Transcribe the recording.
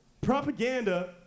Propaganda